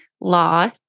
law